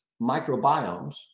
microbiomes